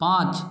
পাঁচ